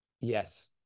Yes